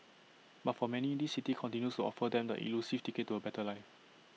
but for many this city continues to offer them the elusive ticket to A better life